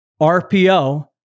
RPO